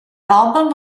album